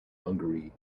hungary